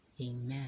amen